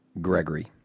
gregory